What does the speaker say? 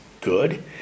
good